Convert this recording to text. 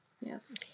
yes